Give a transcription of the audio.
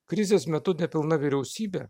krizės metu nepilna vyriausybė